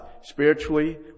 spiritually